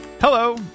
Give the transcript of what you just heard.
Hello